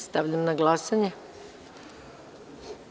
Stavljam na glasanje.